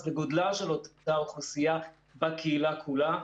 לגודלה של אותה אוכלוסייה בקהילה כולה.